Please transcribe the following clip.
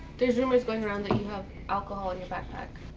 there's rumors going around that you have alcohol in your backpack.